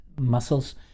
muscles